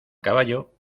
caballo